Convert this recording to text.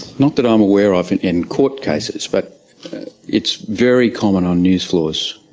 not that i'm aware of in in court cases, but it's very common on news floors.